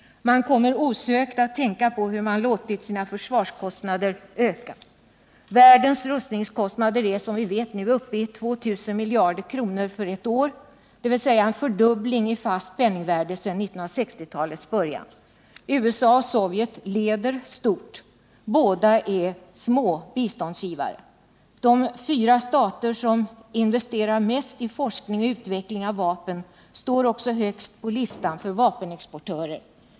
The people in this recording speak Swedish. Man kommer osökt att tänka på hur man låtit sina försvarskostnader öka. Världens rustningskostnader är som vi vet uppe i 2 000 miljarder kronor per år, dvs. en fördubbling i fast penningvärde sedan 1960-talets början. USA och Sovjet leder stort. Båda är små biståndsgivare. De fyra stater som investerar mest i forskning om och utveckling av vapen står också högst på listan för vapenexportörer.